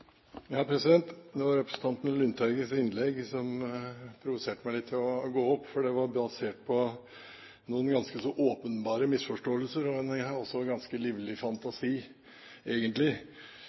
Det var representanten Lundteigens innlegg som provoserte meg litt til å gå opp, for det var basert på noen ganske så åpenbare misforståelser og også en ganske livlig fantasi,